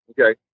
okay